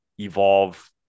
evolve